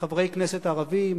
מחברי כנסת ערבים